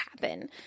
happen